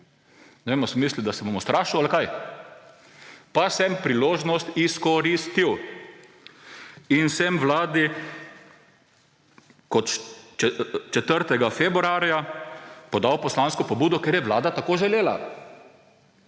ali so mislili, da se bom ustrašil ali kaj. Pa sem priložnost izkoristil in sem Vladi 4. februarja podal poslansko pobudo, ker je Vlada tako želela.